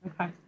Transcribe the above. Okay